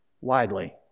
widely